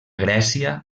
grècia